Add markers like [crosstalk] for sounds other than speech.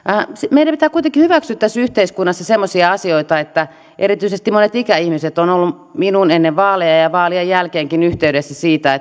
meidän pitää kuitenkin hyväksyä tässä yhteiskunnassa semmoisia asioita että erityisesti monet ikäihmiset ovat olleet minuun ennen vaaleja ja ja vaalien jälkeenkin yhteydessä siitä [unintelligible]